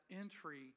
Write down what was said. entry